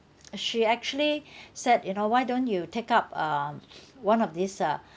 she actually said you know why don't you take up um one of these uh